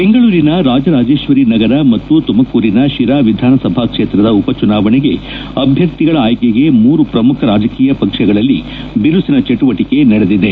ಬೆಂಗಳೂರಿನ ರಾಜರಾಜೀಶ್ವರಿ ನಗರ ಮತ್ತು ತುಮಕೂರಿನ ಶಿರಾ ವಿಧಾನಸಭಾ ಕ್ಷೇತ್ರದ ಉಪಚುನಾವಣೆಗೆ ಅಭ್ವರ್ಥಿಗಳ ಆಯ್ಕೆಗೆ ಮೂರು ಪ್ರಮುಖ ರಾಜಕೀಯ ಪಕ್ಷಗಳಲ್ಲಿ ಬಿರುಸಿನ ಚಟುವಟಕೆ ನಡೆದಿದೆ